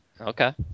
Okay